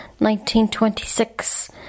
1926